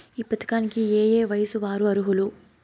ఈ పథకానికి ఏయే వయస్సు వారు అర్హులు?